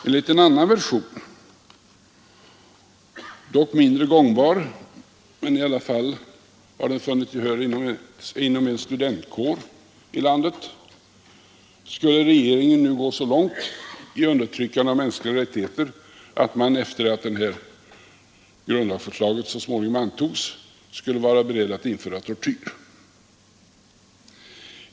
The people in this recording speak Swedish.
Enligt en annan version, som visserligen är mindre gångbar men som i alla fall har vunnit gehör inom en studentkår i landet, skulle regeringen nu gå så långt i undertryckande av mänskliga rättigheter, att man efter det att det här grundlagsförslaget småningom antages, skulle vara beredd att införa tortyr.